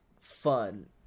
fun